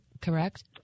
correct